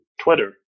Twitter